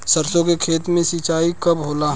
सरसों के खेत मे सिंचाई कब होला?